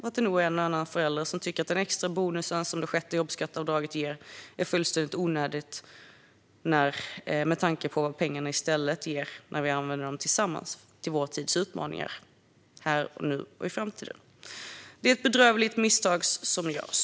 Det är nog en och annan förälder som tycker att den extra bonus som det sjätte jobbskatteavdraget ger är fullständigt onödig med tanke på vad pengarna ger när vi i stället använder dem tillsammans till vår tids utmaningar här och nu och i framtiden. Det är ett bedrövligt misstag som görs.